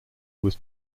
was